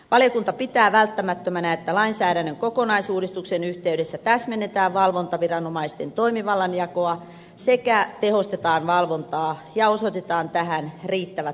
valiokunta pitää välttämättömänä että lainsäädännön kokonaisuudistuksen yhteydessä täsmennetään valvontaviranomaisten toimivallan jakoa sekä tehostetaan valvontaa ja osoitetaan tähän riittävät voimavarat